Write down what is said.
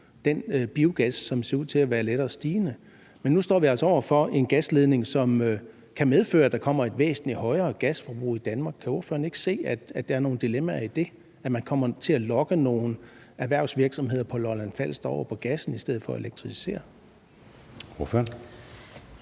den biogas, som ser ud til at være lettere stigende, men nu står vi altså over for en gasledning, som kan medføre, at der kommer et væsentlig højere gasforbrug i Danmark. Kan ordføreren ikke se, at der er nogle dilemmaer i det, at man kommer til at lokke nogle erhvervsvirksomheder på Lolland-Falster over på gassen i stedet for at elektrificere? Kl.